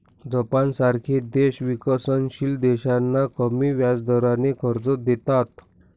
जपानसारखे देश विकसनशील देशांना कमी व्याजदराने कर्ज देतात